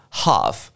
half